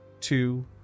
two